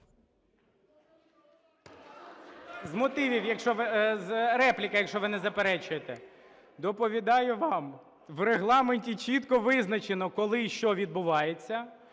З мотивів, репліка, якщо ви не заперечуєте. Доповідаю вам, в Регламенті чітко визначено, коли і що відбувається.